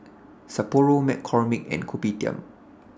Sapporo McCormick and Kopitiam